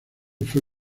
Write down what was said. fue